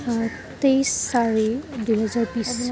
তেইছ চাৰি দুহেজাৰ বিছ